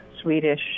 Swedish